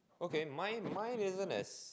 okay mine mine isn't as